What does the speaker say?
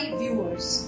viewers